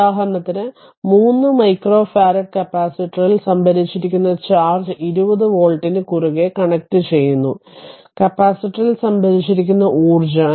ഉദാഹരണത്തിന് 3 microfarad കപ്പാസിറ്ററിൽ സംഭരിച്ചിരിക്കുന്ന ചാർജ് 20 വോൾട്ട് നു കുറുകെ കണക്ട് ചെയ്യുന്നു കപ്പാസിറ്ററിൽ സംഭരിച്ചിരിക്കുന്ന ഊർജ്ജം